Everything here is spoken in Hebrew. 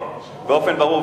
באופן ברור,